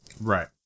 Right